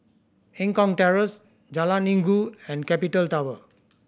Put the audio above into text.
Eng Kong Terrace Jalan Inggu and Capital Tower